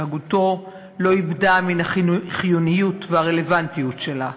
הגותו לא איבדה מהחיוניות והרלוונטיות שלה.